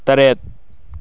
ꯇꯔꯦꯠ